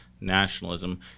nationalism